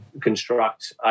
construct